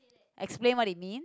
explain what it mean